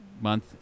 month